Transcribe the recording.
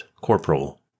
Corporal